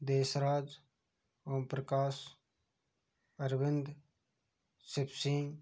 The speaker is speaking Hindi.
देशराज ओमप्रकाश अरविन्द शिव सिंह